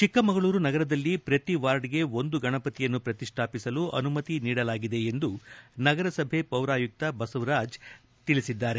ಚಿಕ್ಕಮಗಳೂರು ನಗರದಲ್ಲಿ ಪ್ರತಿ ವಾರ್ಡ್ಗೆ ಒಂದು ಗಣಪತಿಯನ್ನು ಪ್ರತಿಷ್ಠಾಪಿಸಲು ಅನುಮತಿ ನೀಡಲಾಗಿದೆ ಎಂದು ನಗರ ಸಭೆ ಪೌರಾಯುಕ್ತ ಬಸವರಾಜ್ ಮನವಿ ಮಾಡಿದ್ದಾರೆ